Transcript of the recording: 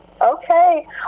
Okay